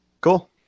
Cool